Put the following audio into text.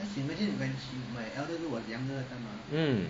mm